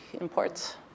imports